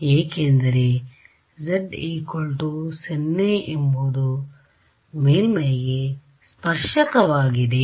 ಏಕೆಂದರೆ z 0 ಎಂಬುದು ಮೇಲ್ಮೈಗೆ ಸ್ಪರ್ಶಕವಾಗಿದೆ